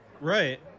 Right